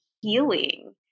healing